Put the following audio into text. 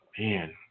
man